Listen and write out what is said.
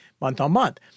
month-on-month